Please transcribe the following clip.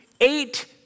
eight